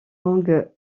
langue